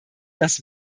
das